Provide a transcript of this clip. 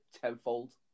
tenfold